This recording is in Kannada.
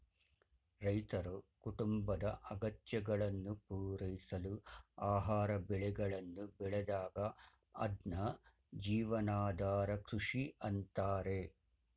ರೈತರು ಕುಟುಂಬದ ಅಗತ್ಯಗಳನ್ನು ಪೂರೈಸಲು ಆಹಾರ ಬೆಳೆಗಳನ್ನು ಬೆಳೆದಾಗ ಅದ್ನ ಜೀವನಾಧಾರ ಕೃಷಿ ಅಂತಾರೆ